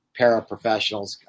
paraprofessionals